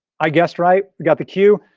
i guess right got the queue,